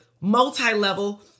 multi-level